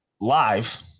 Live